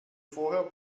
vorher